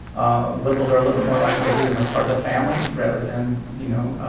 ah liberals are a little bit more likely to view them as part of the family rather than, you know,